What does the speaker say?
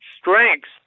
strengths